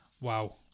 wow